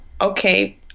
okay